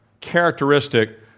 characteristic